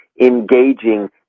engaging